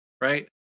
right